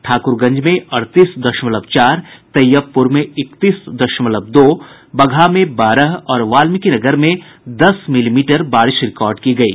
ठाक्रगंज में अड़तीस दशमलव चार तैय्यबपुर में इकतीस दशमलव दो बगहा में बारह और वाल्मिकीनगर में दस मिलीमीटर बारिश रिकॉर्ड की गयी